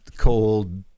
cold